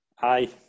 Aye